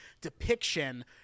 depiction